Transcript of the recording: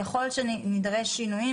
יכול להיות שנידרש לשינויים,